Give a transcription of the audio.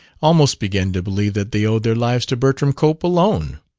almost began to believe that they owed their lives to bertram cope alone.